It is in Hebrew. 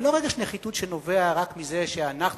זה לא רגש נחיתות שנובע רק מזה שאנחנו